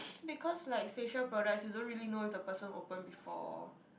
because like facial products you don't really know if the person open before